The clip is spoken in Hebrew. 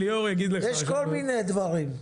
יש כל מיני דברים.